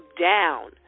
down